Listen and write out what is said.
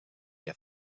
què